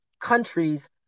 countries